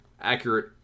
accurate